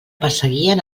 perseguien